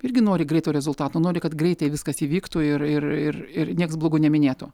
irgi nori greito rezultato nori kad greitai viskas įvyktų ir ir ir ir nieks blogu neminėtų